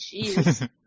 jeez